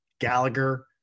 Gallagher